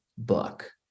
book